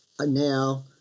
now